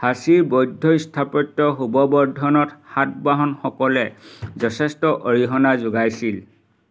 সাঁচীৰ বৌদ্ধ স্থাপত্য শোভাবৰ্ধনত সাতবাহনসকলে যথেষ্ট অৰিহণা যোগাইছিল